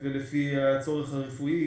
ולפי הצורך הרפואי.